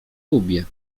kubie